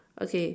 okay